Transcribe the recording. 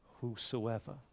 Whosoever